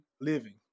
living